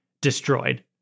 destroyed